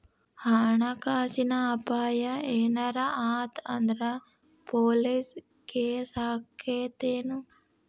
ಹಣ ಕಾಸಿನ್ ಅಪಾಯಾ ಏನರ ಆತ್ ಅಂದ್ರ ಪೊಲೇಸ್ ಕೇಸಾಕ್ಕೇತೆನು?